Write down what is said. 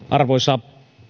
arvoisa